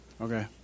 Okay